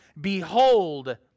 Behold